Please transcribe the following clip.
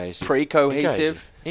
pre-cohesive